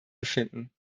befinden